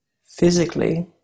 physically